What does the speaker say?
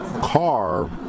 car